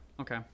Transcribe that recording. okay